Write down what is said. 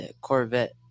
Corvette